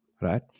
right